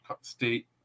state